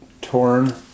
torn